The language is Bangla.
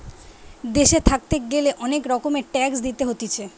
দেশে থাকতে গ্যালে অনেক রকমের ট্যাক্স দিতে হতিছে